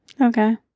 Okay